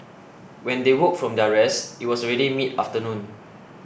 when they woke from their rest it was already mid afternoon